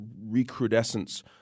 recrudescence